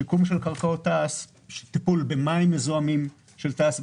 שיקום של קרקעות תע"ש; טיפול במים מזוהמים של תע"ש,